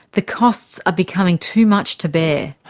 the costs are becoming too much to bear.